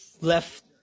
left